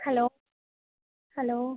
hello hello